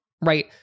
right